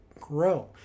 grow